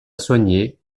soigner